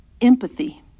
Empathy